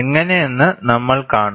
എങ്ങനെയെന്ന് നമ്മൾ കാണും